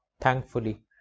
thankfully